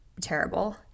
terrible